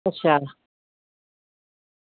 अच्छा